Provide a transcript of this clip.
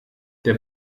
der